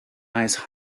ice